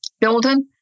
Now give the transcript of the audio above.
building